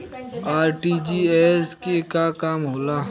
RTGS के का काम होला?